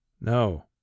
no